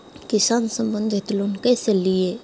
किसान संबंधित लोन कैसै लिये?